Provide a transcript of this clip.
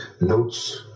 Notes